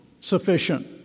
sufficient